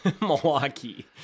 Milwaukee